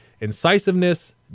incisiveness